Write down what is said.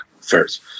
first